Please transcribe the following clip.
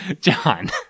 John